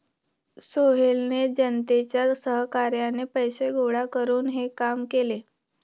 सोहेलने जनतेच्या सहकार्याने पैसे गोळा करून हे काम केले